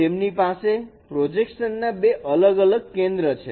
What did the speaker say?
તેમની પાસે પ્રોજેક્શન ના બે અલગ અલગ કેન્દ્ર છે